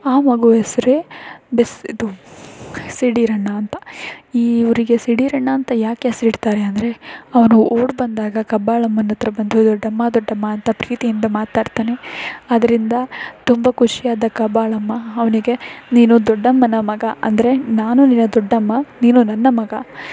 ಆ ಮಗು ಹೆಸರೇ ಬಿಸ್ ಇದು ಸಿಡೀರಣ್ಣ ಅಂತ ಈ ಊರಿಗೆ ಸಿಡೀರಣ್ಣ ಅಂತ ಯಾಕೆ ಹೆಸ್ರಿಡ್ತಾರೆ ಅಂದರೆ ಅವನು ಓಡಿ ಬಂದಾಗ ಕಬ್ಬಾಳಮ್ಮನ ಹತ್ರ ಬಂದು ದೊಡ್ಡಮ್ಮ ದೊಡ್ಡಮ್ಮ ಅಂತ ಪ್ರೀತಿಯಿಂದ ಮಾತಾಡ್ತಾನೆ ಅದರಿಂದ ತುಂಬ ಖುಷಿಯಾದ ಕಬ್ಬಾಳಮ್ಮ ಅವನಿಗೆ ನೀನು ದೊಡ್ಡಮ್ಮನ ಮಗ ಅಂದರೆ ನಾನು ನಿನ್ನ ದೊಡ್ಡಮ್ಮ ನೀನು ನನ್ನ ಮಗ